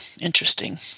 Interesting